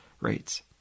rates